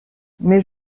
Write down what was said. mais